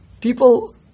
People